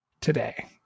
today